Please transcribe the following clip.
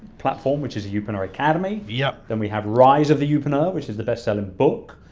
platform, which is youpreneur academy, yeah then we have rise of the youpreneur, which is the best selling book,